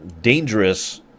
dangerous